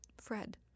Fred